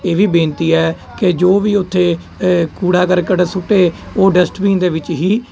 ਇਹ ਵੀ ਬੇਨਤੀ ਹੈ ਕਿ ਜੋ ਵੀ ਉੱਥੇ ਇਹ ਕੂੜਾ ਕਰਕਟ ਸੁੱਟੇ ਉਹ ਡਸਟਬਿਨ ਦੇ ਵਿੱਚ ਹੀ